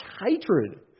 hatred